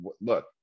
look